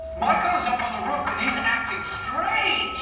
michael is up on the roof and he's acting strange!